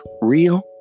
real